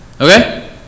Okay